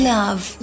Love